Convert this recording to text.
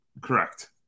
correct